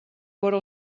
vora